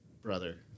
brother